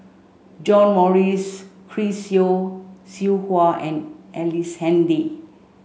John Morrice Chris Yeo Siew Hua and Ellice Handy